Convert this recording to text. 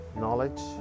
knowledge